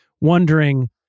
wondering